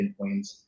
endpoints